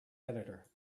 editor